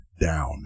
down